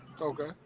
Okay